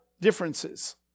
Differences